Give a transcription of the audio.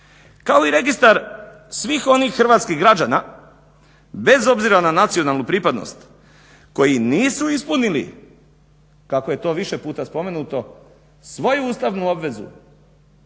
kao i registar svih onih hrvatskih građana bez obzira na nacionalnu pripadnost koji nisu ispunili kako je to više puta spomenuto svoju ustavnu obvezu